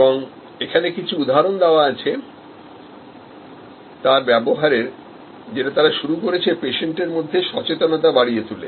এবং এখানে কিছু উদাহরণ দেখানো হয়েছেতার ব্যবহারের যেটা তারা শুরু করছে পেশেন্ট এর মধ্যে সচেতনতা বাড়িয়ে তুলে